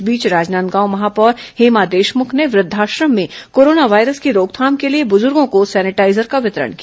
इस बीच राजनांदगांव महापौर हेमा देशमुख ने वृद्धाश्रम में कोरोना वायरस की रोकथाम के लिए बुजुर्गों को सेनिटाईजर का वितरण किया